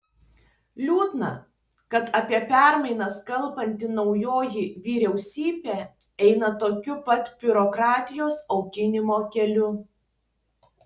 liūdna kad apie permainas kalbanti naujoji vyriausybė eina tokiu pat biurokratijos auginimo keliu